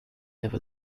never